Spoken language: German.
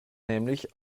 nämlich